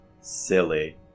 silly